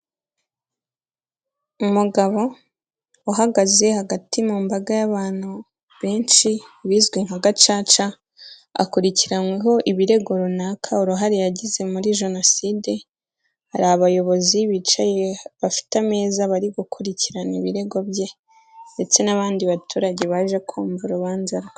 Umugabo uhagaze hagati mu mbaga y'abantu benshi, ibizwi nka gacaca, akurikiranyweho, ibirego runaka, uruhare yagize muri jenoside, hari abayobozi bicaye, bafite ameza bari gukurikirana ibirego bye, ndetse n'abandi baturage baje kumva urubanza rwe.